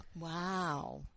Wow